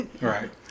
Right